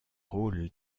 rôle